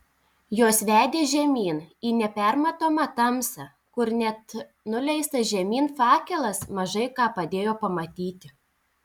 jos vedė žemyn į nepermatomą tamsą kur net nuleistas žemyn fakelas mažai ką padėjo pamatyti